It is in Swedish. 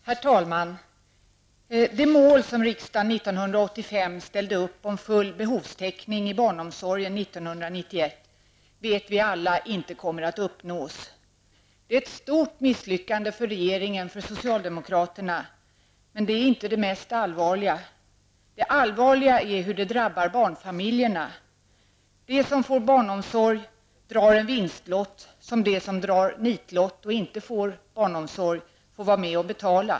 Herr talman! Vi vet alla att det mål som riksdagen år 1985 ställde upp om full behovstäckning i barnomsorgen år 1991 inte kommer att uppnås. Det är ett stort misslyckande för regeringen och socialdemokraterna, men det är inte det mest allvarliga. Det allvarliga är hur detta drabbar barnfamiljerna. De som får barnomsorg drar en vinstlott som de som drar en nitlott, och inte får barnomsorg, får vara med om att betala.